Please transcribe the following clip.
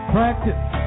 Practice